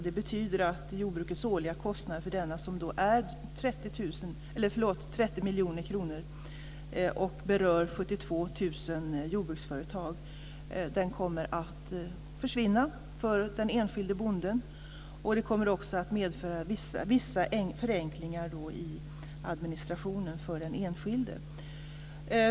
Det betyder att jordbrukets årliga kostnader för denna, som är 30 miljoner kronor och berör 72 000 jordbruksföretag, kommer att försvinna för den enskilde bonden. Det kommer också att medföra vissa förenklingar i administrationen för den enskilde.